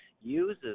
uses